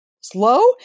slow